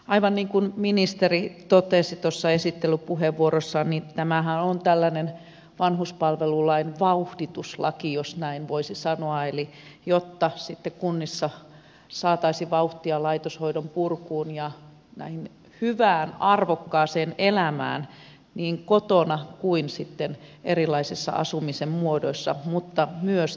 aivan niin kuin ministeri totesi tuossa esittelypuheenvuorossaan tämähän on tällainen vanhuspalvelulain vauhdituslaki jos näin voisi sanoa jotta sitten kunnissa saataisiin vauhtia laitoshoidon purkuun ja tähän hyvään arvokkaaseen elämään niin kotona kuin erilaisissa asumisen muodoissa mutta tietenkin myös laitoksissa